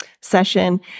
session